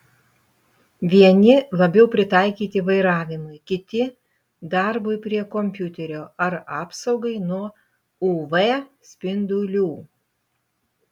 vieni labiau pritaikyti vairavimui kiti darbui prie kompiuterio ar apsaugai nuo uv spindulių